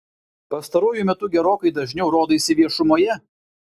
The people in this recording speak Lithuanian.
pastaruoju metu gerokai dažniau rodaisi viešumoje